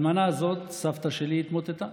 האלמנה הזאת, סבתא שלי, התמוטטה.